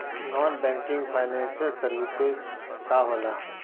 Non banking financial services का होला?